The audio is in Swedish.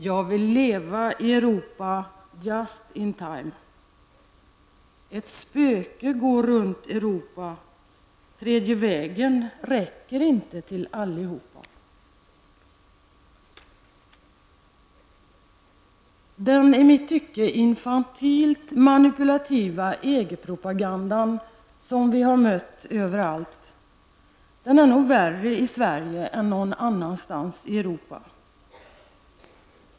Jag vill leva i Europa Ett spöke går runt Europa Tredje vägen räcker inte till allihopa Den i mitt tycke infantilt manipulativa EG propaganda som man möter överallt är nog värre i Sverige än någon annanstans i Europa.